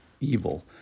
Evil